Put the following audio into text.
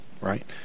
right